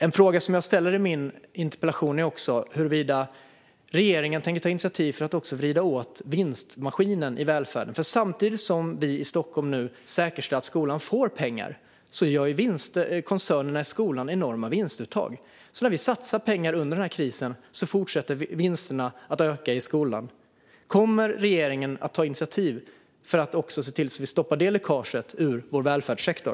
En fråga jag också ställde i min interpellation är huruvida regeringen tänker ta initiativ för att vrida åt vinstmaskinen i välfärden. Samtidigt som vi i Stockholm nu säkerställer att skolan får pengar gör nämligen koncernerna i skolan enorma vinstuttag. När vi satsar pengar under den här krisen fortsätter alltså vinsterna i skolan att öka. Kommer regeringen att ta initiativ för att se till att vi stoppar även det läckaget ur vår välfärdssektor?